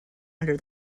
under